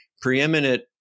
preeminent